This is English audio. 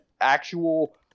actual